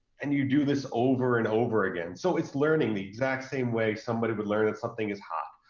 and you do this over and over again. so, it's learning the exact same way someone would learn that something is hot,